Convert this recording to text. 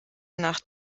nach